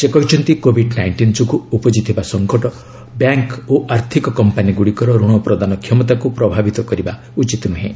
ସେ କହିଛନ୍ତି Covid nineteen ଯୋଗୁଁ ଉପୁଜିଥିବା ସଙ୍କଟ ବ୍ୟାଙ୍କ୍ ଓ ଆର୍ଥକ କମ୍ପାନୀଗୁଡ଼ିକର ଋଣ ପ୍ରଦାନ କ୍ଷମତାକୁ ପ୍ରଭାବିତ କରିବା ଉଚିତ ନୁହେଁ